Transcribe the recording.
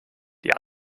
die